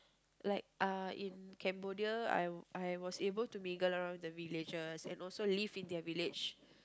like uh in Cambodia I I was able to mingle around with the villagers and also live in their village